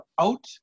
out